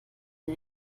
der